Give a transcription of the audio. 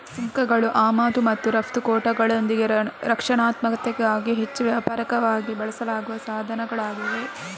ಸುಂಕಗಳು ಆಮದು ಮತ್ತು ರಫ್ತು ಕೋಟಾಗಳೊಂದಿಗೆ ರಕ್ಷಣಾತ್ಮಕತೆಗಾಗಿ ಹೆಚ್ಚು ವ್ಯಾಪಕವಾಗಿ ಬಳಸಲಾಗುವ ಸಾಧನಗಳಾಗಿವೆ